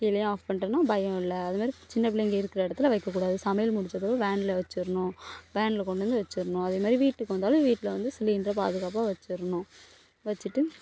கீழயும் off பண்ணிவிட்டோன்னா பயம் இல்லை அது மாதிரி சின்னப்பிள்ளைங்கள் இருக்கிற இடத்துல வைக்கக்கூடாது சமையல் முடிச்சதும் வேனில் வச்சிரணும் வேனில் கொண்டு வந்து வச்சிரணும் அதேமாதிரி வீட்டுக்கு வந்தாலும் வீட்டில் சிலிண்டரை பாதுகாப்பாக வச்சிரணும் வச்சிவிட்டு